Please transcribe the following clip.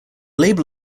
label